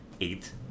eight